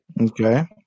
Okay